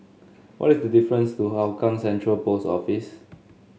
what is the difference to Hougang Central Post Office